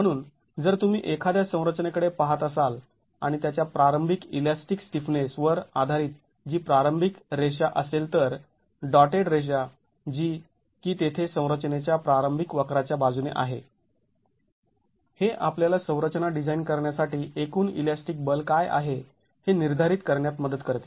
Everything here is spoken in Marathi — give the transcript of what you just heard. म्हणून जर तुम्ही एखाद्या संरचनेकडे पहात असाल आणि त्याच्या प्रारंभिक इलॅस्टिक स्टिफनेस वर आधारित जी प्रारंभिक रेषा असेल तर डॉटेड रेषा जी की तेथे संरचनेच्या प्रारंभिक वक्राच्या बाजूने आहे हे आपल्याला संरचना डिझाईन करण्यासाठी एकूण इलॅस्टिक बल काय आहे हे निर्धारित करण्यात मदत करते